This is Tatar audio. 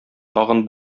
тагын